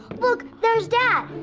look, there's dad.